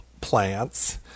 plants